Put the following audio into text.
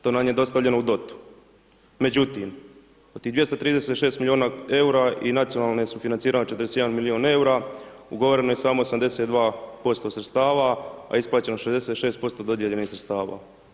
To nam je dosta ... Međutim, tih 236 milijuna eura i nacionalno je sufinancirano 41 milijun eura, ugovoreno je samo 82% sredstava, a isplaćeno 66% dodijeljenih sredstava.